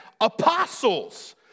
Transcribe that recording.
apostles